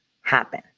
happen